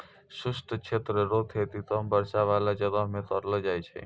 शुष्क क्षेत्र रो खेती कम वर्षा बाला जगह मे करलो जाय छै